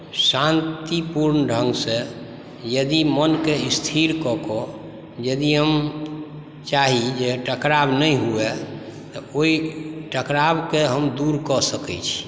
शान्तिपूर्ण ढङ्गसँ यदि मोनके स्थिर कऽ कऽ यदि हम चाही जे टकराव नहि हुअए तऽ ओहि टकरावके हम दूर कऽ सकै छी